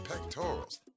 pectorals